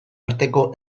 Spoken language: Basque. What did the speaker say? arteko